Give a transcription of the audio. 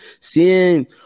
seeing